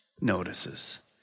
notices